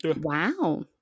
Wow